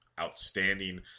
outstanding